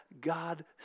God